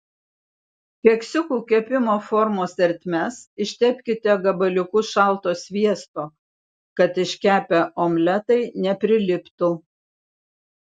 keksiukų kepimo formos ertmes ištepkite gabaliuku šalto sviesto kad iškepę omletai nepriliptų